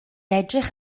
edrych